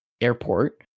airport